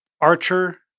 Archer